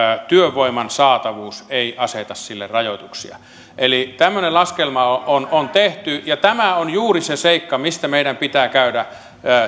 työvoiman saatavuus ei aseta sille rajoituksia tämmöinen laskelma on on tehty ja tämä on juuri se seikka mistä meidän pitää käydä